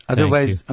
Otherwise